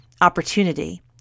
opportunity